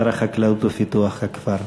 שר החקלאות ופיתוח הכפר.